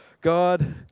God